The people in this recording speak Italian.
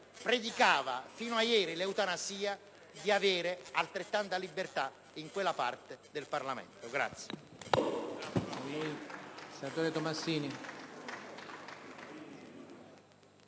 predicava fino a ieri l'eutanasia, avere altrettanta libertà in quella parte del Parlamento.